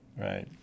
Right